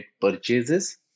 purchases